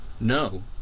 no